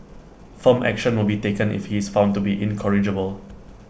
firm action will be taken if he is found to be incorrigible